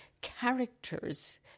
characters